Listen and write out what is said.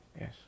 Yes